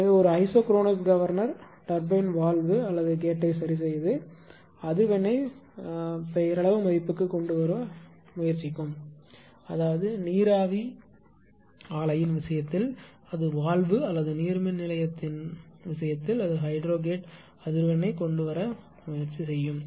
எனவே ஒரு isochronous governor turbine valve அல்லது கேட்டை செய்து அதிர்வெண்ணை பெயரளவு மதிப்புக்கு கொண்டு வர வேண்டும் அதாவது நீராவி ஆலையின் விஷயத்தில் அது வால்வு அல்லது நீர்மின் நிலையத்தின் ஹைட்ரோ கேட் அதிர்வெண்ணைக் கொண்டுவர இருக்கும்